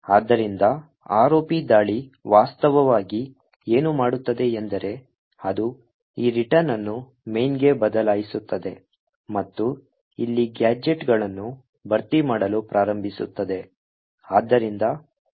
ಆದ್ದರಿಂದ ROP ದಾಳಿ ವಾಸ್ತವವಾಗಿ ಏನು ಮಾಡುತ್ತದೆ ಎಂದರೆ ಅದು ಈ ರಿಟರ್ನ್ ಅನ್ನು main ಗೆ ಬದಲಾಯಿಸುತ್ತದೆ ಮತ್ತು ಇಲ್ಲಿ ಗ್ಯಾಜೆಟ್ಗಳನ್ನು ಭರ್ತಿ ಮಾಡಲು ಪ್ರಾರಂಭಿಸುತ್ತದೆ